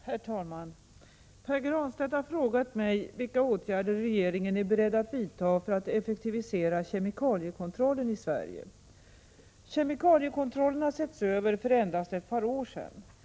Herr talman! Pär Granstedt har frågat mig vilka åtgärder regeringen är beredd att vidta för att effektivisera kemikaliekontrollen i Sverige. Kemikaliekontrollen har setts över för endast ett par år sedan. Detta 95 Prot.